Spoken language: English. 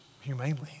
humanely